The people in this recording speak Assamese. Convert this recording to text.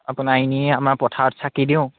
আপোনাৰ এনেই আমাৰ পথাৰত চাকি দিওঁ